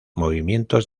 movimientos